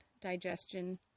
digestion